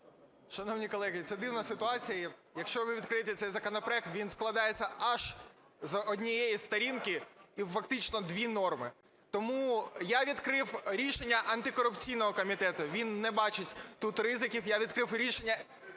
Шановні колеги, це дивна ситуація є. Якщо ви відкриєте цей законопроект, він складається аж з однієї сторінки і, фактично, дві норми. Тому я відкрив рішення антикорупційного комітету, він не бачить тут ризиків. Я відкрив рішення